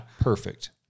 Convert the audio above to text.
Perfect